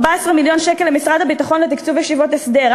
14 מיליון שקל למשרד הביטחון לתקצוב ישיבות הסדר,